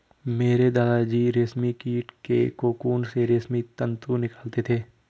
मेरे दादा जी रेशमी कीट के कोकून से रेशमी तंतु निकालते थे